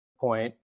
point